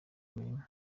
imirimo